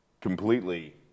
completely